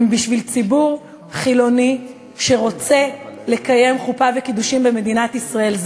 הם בשביל ציבור חילוני שרוצה לקיים חופה וקידושין במדינת ישראל.